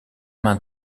main